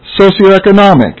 socioeconomic